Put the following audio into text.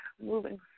moving